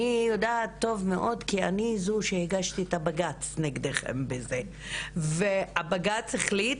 אני יודעת טוב מאוד כי אני זו שהגישה את הבג"ץ נגדכם בזה ובג"ץ החליט,